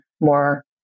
more